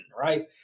right